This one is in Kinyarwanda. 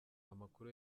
amakuru